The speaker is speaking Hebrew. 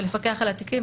ולפקח על התיקים,